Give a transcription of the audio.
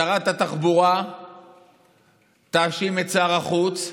שרת התחבורה תאשים את שר החוץ,